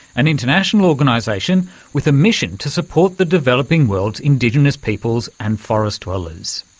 an international organisation with a mission to support the developing world's indigenous peoples and forest dwellers.